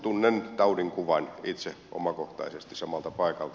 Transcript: tunnen taudinkuvan itse omakohtaisesti samalta paikalta